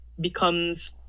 becomes